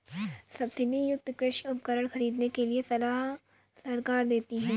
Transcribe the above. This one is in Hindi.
सब्सिडी युक्त कृषि उपकरण खरीदने के लिए सलाह सरकार देती है